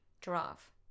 Giraffe